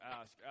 ask